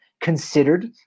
considered